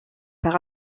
par